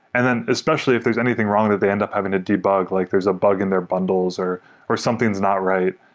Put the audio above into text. and then especially if there's anything wrong that they end up having to debug, like there's a bug in their bundles or or something is not right.